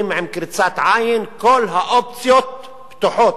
עם קריצת עין: כל האופציות פתוחות.